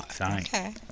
Okay